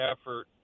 effort